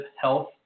health